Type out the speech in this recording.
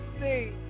see